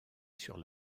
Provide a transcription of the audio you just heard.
sur